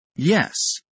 Yes